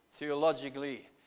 Theologically